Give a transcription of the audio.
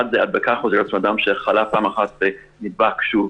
אחד זה הדבקה חוזרת, אדם שחלה פעם אחת ונדבק שוב,